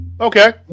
Okay